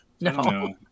No